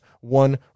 one